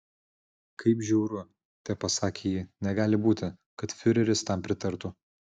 kaip žiauru tepasakė ji negali būti kad fiureris tam pritartų